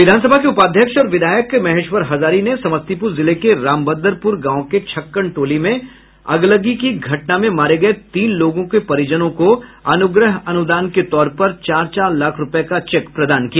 विधानसभा के उपाध्यक्ष और विधायक महेश्वर हजारी ने समस्तीपुर जिले के रामभद्रपुर गांव के छक्कन टोली में कल अगलगी की घटना में मारे गये तीन लोगों के परिजनों को आज अनुग्रह अनुदान के तौर पर चार चार लाख रूपये का चेक प्रदान किया